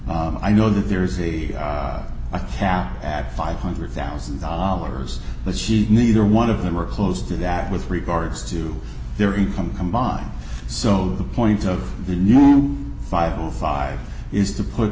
law i know that there is a cap at five hundred thousand dollars but she neither one of them are close to that with regards to their income come by so the point of the new five will five is to put